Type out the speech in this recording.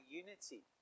unity